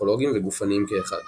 פסיכולוגיים וגופניים כאחד